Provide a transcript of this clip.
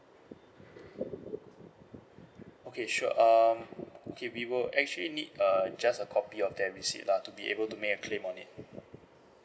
okay sure um okay we will actually need err just a copy of that receipt lah to be able to make a claim on it